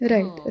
Right